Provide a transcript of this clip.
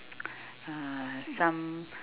uh some